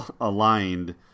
aligned